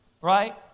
right